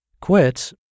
quit